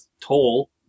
toll